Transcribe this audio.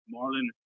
Marlon